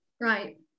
Right